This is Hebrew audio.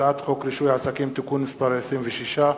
הצעת חוק רישוי עסקים (תיקון מס' 26,